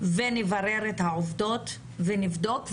ונברר את העובדות ונבדוק.